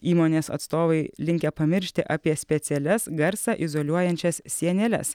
įmonės atstovai linkę pamiršti apie specialias garsą izoliuojančias sieneles